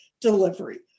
delivery